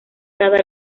cada